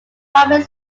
farming